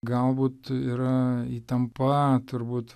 galbūt yra įtampa turbūt